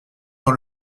dans